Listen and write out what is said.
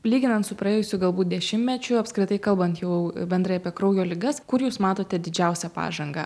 lyginant su praėjusiu galbūt dešimtmečiu apskritai kalbant jau bendrai apie kraujo ligas kur jūs matote didžiausią pažangą